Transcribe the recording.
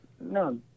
No